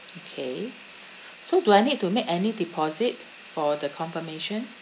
okay so do I need to make any deposit for the confirmation